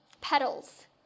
petals